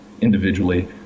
individually